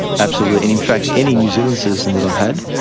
absolutely. and in fact any new zealand citizen that i've had,